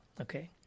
Okay